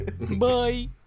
Bye